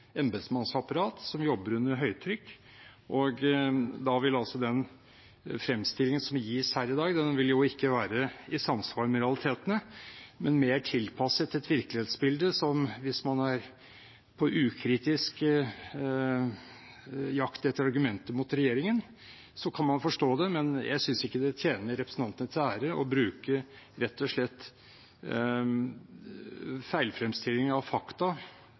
embetsmannsapparat som jobber under høytrykk. Da vil jo den fremstillingen som gis her i dag, ikke være i samsvar med realitetene, men være mer tilpasset et virkelighetsbilde som man kan forstå hvis man er på ukritisk jakt etter argumenter mot regjeringen. Men jeg synes ikke det tjener representantene til ære å bruke rett og slett feilfremstillinger av fakta,